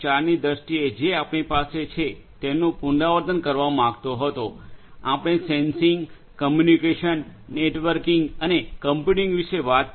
0 ની દ્રષ્ટિએ જે આપણી પાસે છે તેનું પુનરાવર્તન કરાવવા માંગતો હતો આપણે સેન્સિંગ કમ્યુનિકેશન નેટવર્કિંગ અને કોમ્પ્યુટિંગ વિશે વાત કરી